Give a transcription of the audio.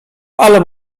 ale